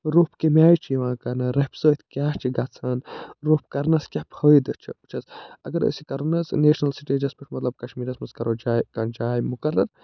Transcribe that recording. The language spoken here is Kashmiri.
روٚف کٔمۍ آیہِ چھِ یِوان کرنہٕ رَفہِ سۭتۍ کیٛاہ چھِ گژھان روٚف کَرنَس کیٛاہ فٲیِدٕ چھِ وُچھ حظ اگر حظ أسۍ یہِ کَرَو نہ حظ نیشنَل سِٹیجَس پٮ۪ٹھ مطلب کَشمیٖرَس منٛز کَرَو جاے کانٛہہ جاے مُقرر